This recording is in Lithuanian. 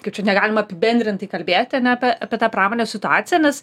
kaip čia negalima apibendrintai kalbėti ane apė apie tą pramonės situaciją nes